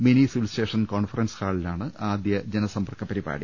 mini civil station conference ഹാളി ലാണ് ആദ്യ ജനസമ്പർക്ക പരിപാടി